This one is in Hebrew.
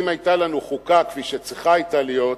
אם היתה לנו חוקה, כפי שצריכה היתה להיות,